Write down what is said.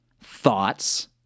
Thoughts